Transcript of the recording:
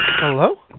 Hello